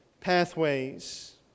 pathways